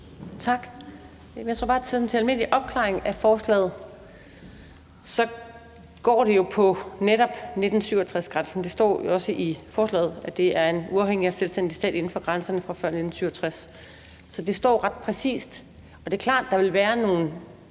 bare, jeg vil sige sådan til almindelig opklaring af forslaget, at det jo netop går på 1967-grænsen. Det står jo også i forslaget, at det er en uafhængig og selvstændig stat inden for grænserne fra før 1967. Så det står ret præcist. Det er klart, at der vil være nogle